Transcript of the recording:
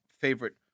favorite